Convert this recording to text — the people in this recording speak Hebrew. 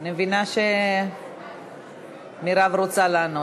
אני מבינה שמירב רוצה לענות.